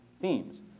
themes